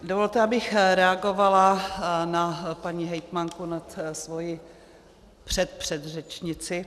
Dovolte, abych reagovala na paní hejtmanku, na svoji předpředřečnici.